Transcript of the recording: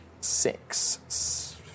six